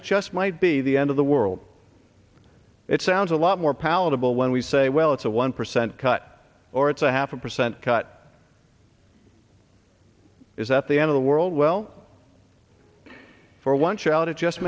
it just might be the end of the world it sounds a lot more palatable when we say well it's a one percent cut or it's a half a percent cut is at the end of the world well for one child it just